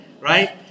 Right